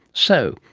so,